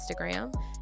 Instagram